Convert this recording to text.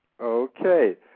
Okay